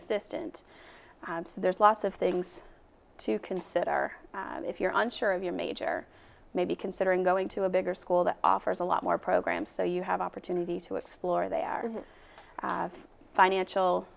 assistant there's lots of things to consider if you're unsure of your major may be considering going to a bigger school that offers a lot more programs so you have opportunities to explore their financial